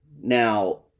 Now